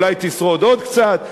אולי תשרוד עוד קצת,